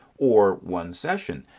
or one session.